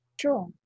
Sure